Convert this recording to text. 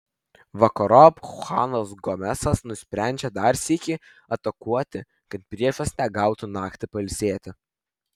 vakarop chuanas gomesas nusprendžia dar sykį atakuoti kad priešas negautų naktį pailsėti